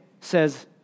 says